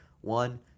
One